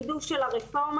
חידוש של הרפורמה,